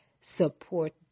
support